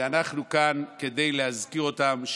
ואנחנו כאן כדי להזכיר אותם,